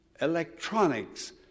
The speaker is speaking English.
electronics